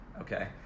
okay